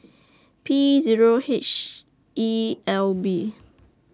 P Zero H E L B